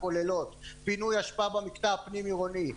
הכוללות פינוי אשפה במקטע הפנים-עירוני,